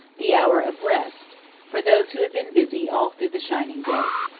the hour of rest for those who had been busy all through the shining day.